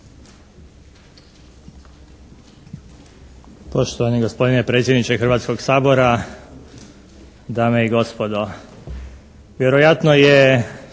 Poštovani gospodine predsjedniče Hrvatskog sabora, dame i gospodo. Vjerojatno je